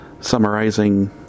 summarizing